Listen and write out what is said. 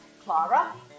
Clara